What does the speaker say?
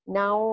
now